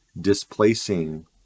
displacing